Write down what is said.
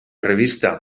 revista